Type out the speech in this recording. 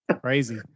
crazy